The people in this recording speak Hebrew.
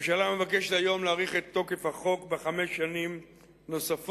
הממשלה מבקשת היום להאריך את תוקף החוק בחמש שנים נוספות,